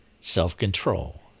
self-control